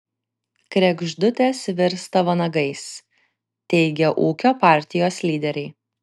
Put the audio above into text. kregždutės virsta vanagais teigia ūkio partijos lyderiai